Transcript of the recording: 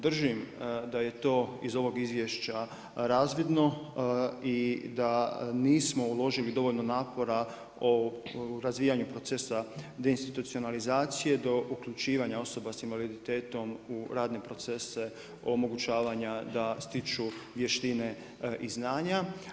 Držim da je to iz ovog izvješća razvidno i da nismo uložili dovoljno napora o razvijanju procesa deinstitucionalizacije do uključivanja osoba sa invaliditetom u radne procese omogućavanja da stiču vještine i znanja.